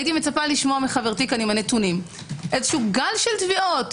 הייתי מצפה לשמוע מחברתי כאן עם הנתונים גל תביעות,